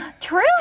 True